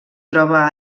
troba